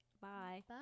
Bye